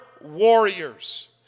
warriors